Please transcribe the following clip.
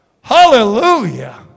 Hallelujah